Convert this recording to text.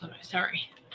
Sorry